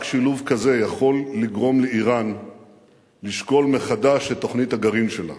רק שילוב כזה יכול לגרום לאירן לשקול מחדש את תוכנית הגרעין שלה,